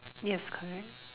yes correct